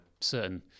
certain